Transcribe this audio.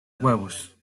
huevos